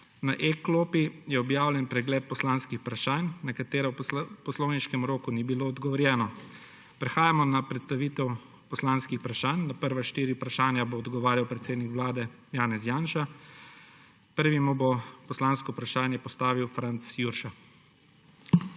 Na e-klopi je objavljen pregled poslanskih vprašanj, na katera v poslovniškem roku ni bilo odgovorjeno. Prehajamo na predstavitev poslanskih vprašanj. Na prva štiri vprašanja bo odgovarjal predsednik Vlade Janez Janša. Prvi mu bo poslansko vprašanje postavil Franc Jurša.